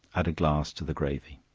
add a glass to the gravy.